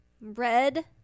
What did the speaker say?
red